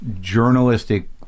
journalistic